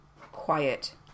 quiet